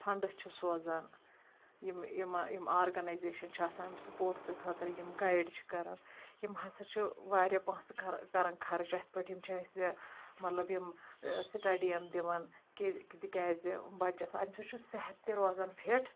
funds چھُ سوزان یِم یِم یِم آرگنایزیشن چھِ آسان سُپٲرٹٕس خٲطرٕ یِم گایڈ چھِ کران یِم ہسا چھِ واریاہ پونٛسہٕ کرن کران خرٕچ اتھ پٮ۪ٹھ یِم چھِ اسہِ مطلب یِم سِٹڈی ین دِوان کہ تکیازِ بچس اتھۍ سُہ چھُ صحت تہِ روزان فٹ